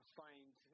find